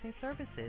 Services